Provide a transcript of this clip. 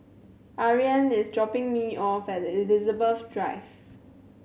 Ariane is dropping me off at Elizabeth Drive